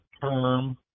term